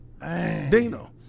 Dino